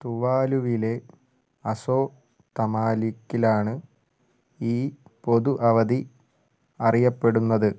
തുവാലുവിലെ അസോ തമാലിക്കിലാണ് ഈ പൊതു അവധി അറിയപ്പെടുന്നത്